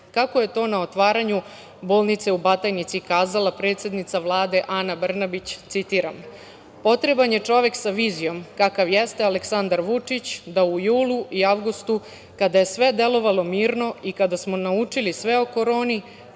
kako je to na otvaranju bolnice u Batajnici kazala predsednica Vlade Ana Brnabić, citiram, potreban je čovek sa vizijom kakav jeste Aleksandar Vučić da u julu i avgustu, kada je sve delovalo mirno, i kada smo naučili sve o koroni,